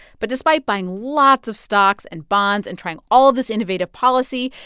but despite buying lots of stocks and bonds and trying all of this innovative policy,